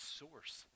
source